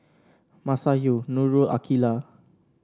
Masayu Nurul and Aqeelah